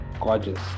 gorgeous